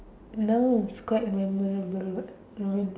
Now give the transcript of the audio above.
now it's quite memorable what when